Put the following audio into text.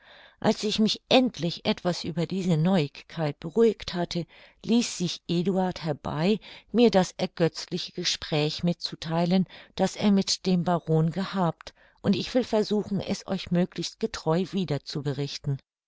als ich mich endlich etwas über diese neuigkeit beruhigt hatte ließ sich eduard herbei mir das ergötzliche gespräch mitzutheilen daß er mit dem baron gehabt und ich will versuchen es euch möglichst getreu wieder zu berichten